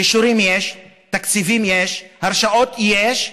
אישורים יש, תקציבים יש, הרשאות יש,